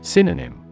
Synonym